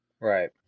Right